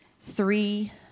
three